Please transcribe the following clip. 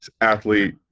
athlete